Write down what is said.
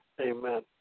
Amen